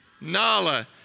Nala